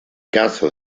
caso